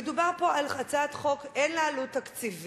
מדובר פה בהצעת חוק שאין לה עלות תקציבית,